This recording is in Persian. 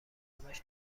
همش